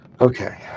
Okay